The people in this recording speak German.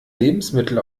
lebensmittel